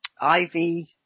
Ivy